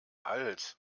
alt